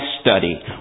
study